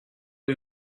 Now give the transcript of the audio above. who